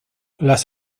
las